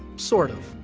sort of.